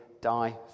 die